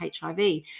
HIV